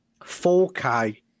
4k